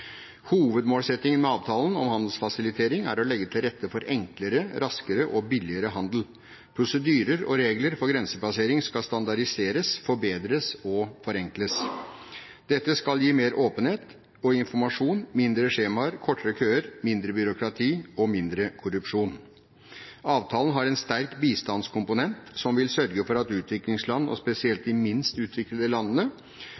Hovedmålsettingen med avtalen om handelsfasilitering er å legge til rette for enklere, raskere og billigere handel. Prosedyrer og regler for grensepassering skal standardiseres, forbedres og forenkles. Dette skal gi mer åpenhet og informasjon, færre skjemaer, kortere køer, mindre byråkrati og mindre korrupsjon. Avtalen har en sterk bistandskomponent som vil sørge for at utviklingsland, og spesielt de minst utviklede landene,